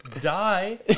die